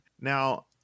now